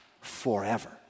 forever